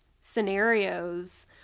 scenarios